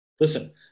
Listen